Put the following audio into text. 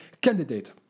candidate